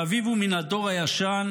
שאביו הוא מן הדור הישן,